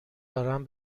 دارم